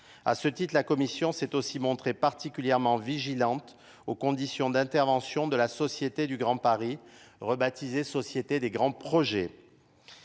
à ce titre, la Commission s'est aussi montrée particulièrement vigilante aux conditions d'intervention de la Société du Grand Paris, rebaptisée Société des grands projets.